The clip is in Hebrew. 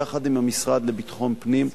יחד עם המשרד לביטחון פנים,